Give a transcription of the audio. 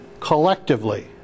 collectively